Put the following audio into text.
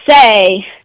say